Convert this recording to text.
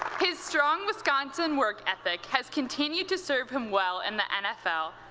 his strong wisconsin work ethic has continued to serve him well in the nfl,